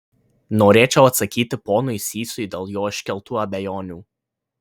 norėčiau atsakyti ponui sysui dėl jo iškeltų abejonių